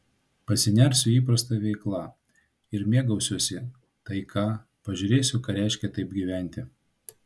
pasinersiu į įprastą veiklą ir mėgausiuosi taika pažiūrėsiu ką reiškia taip gyventi